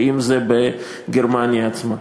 ואם בגרמניה עצמה.